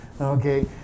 okay